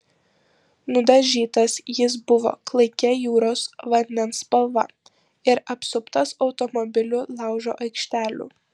nudažytas jis buvo klaikia jūros vandens spalva ir apsuptas automobilių laužo aikštelių